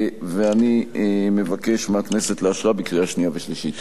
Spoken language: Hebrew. ואני מבקש מהכנסת לאשרה בקריאה שנייה ושלישית.